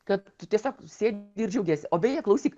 kad tu tiesiog sėdi ir džiaugiesi o beje klausyk